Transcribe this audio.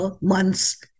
months